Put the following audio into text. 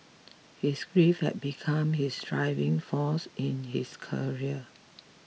his grief had become his driving force in his career